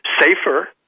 safer